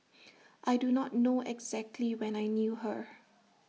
I do not know exactly when I knew her